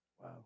Wow